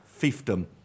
fiefdom